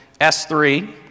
S3